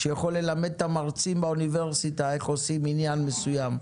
שיכול ללמד את המרצים באוניברסיטה איך עושים עניין מסוים.